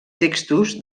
textos